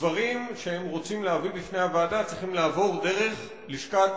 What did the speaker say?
דברים שהם רוצים להביא בפני הוועדה צריכים לעבור דרך לשכת